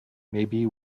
maybe